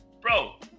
Bro